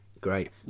Great